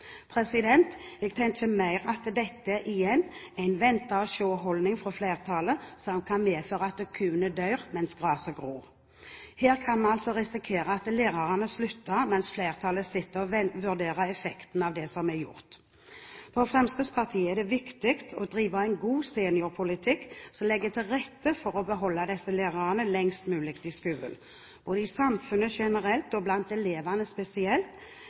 yrket. Jeg tenker mer at dette igjen er en vente-og-se-holdning fra flertallet, som kan medføre at kua dør mens gresset gror. Her kan vi altså risikere at lærerne slutter, mens flertallet sitter og vurderer effekten av det som er gjort. For Fremskrittspartiet er det viktig å drive en god seniorpolitikk som legger til rette for å beholde disse lærerne lengst mulig i skolen. I samfunnet generelt og blant elevene spesielt